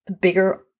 bigger